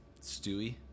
Stewie